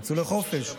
שיצאו לחופשה.